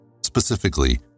specifically